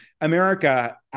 America